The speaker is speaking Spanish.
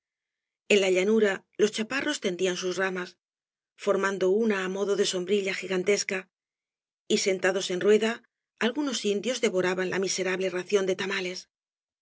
en la llanura los chaparros tendían sus ramas formando una á modo de sombrilla gigantesca y sentados en rueda algunos indios devoraban la miserable ración de tamales